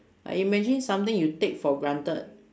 I imagine something you take for granted